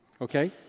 Okay